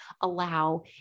allow